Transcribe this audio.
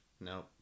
No